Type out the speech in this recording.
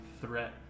threat